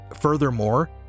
Furthermore